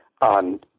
on